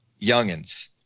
youngins